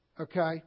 okay